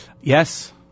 Yes